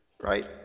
Right